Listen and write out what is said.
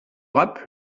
rap